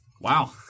Wow